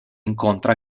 incontra